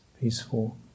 peaceful